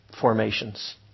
formations